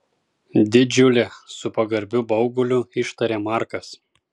didžiulė su pagarbiu bauguliu ištarė markas